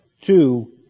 Two